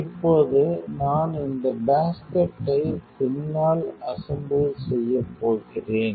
இப்போது நான் இந்த பேஸ்கெட்டை பின்னால் அசெம்பிள் செய்யப்போகிறேன்